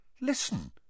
Listen